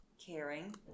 Caring